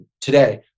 today